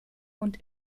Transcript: und